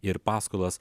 ir paskolas